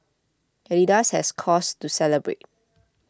Adidas has cause to celebrate